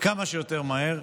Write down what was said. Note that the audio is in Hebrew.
כמה שיותר מהר.